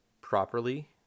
properly